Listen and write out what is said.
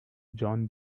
john